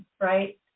right